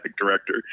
director